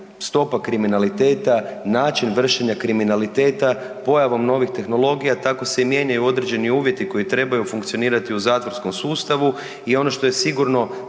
stopa kriminaliteta, način vršenja kriminaliteta pojavom novih tehnologija, tako se i mijenjaju određeni uvjeti koji trebaju funkcionirati u zatvorskom sustavu i ono što je sigurno